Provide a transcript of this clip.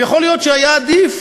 ויכול להיות שהיה עדיף